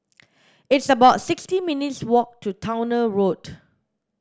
it's about sixty minutes walk to Towner Road